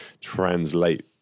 translate